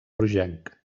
rogenc